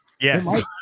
Yes